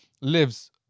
lives